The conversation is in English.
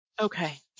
Okay